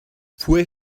fue